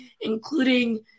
including